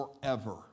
forever